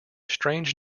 strange